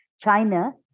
China